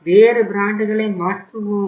வேறு பிராண்டுகளை மாற்றுவோம்